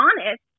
honest